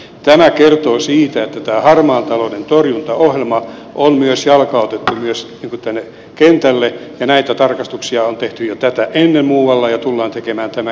tämä kertoo siitä että tämä harmaan talouden torjuntaohjelma on myös jalkautettu kentälle ja näitä tarkastuksia on tehty jo tätä ennen muualla ja tullaan tekemään tämänkin jälkeen